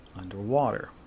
underwater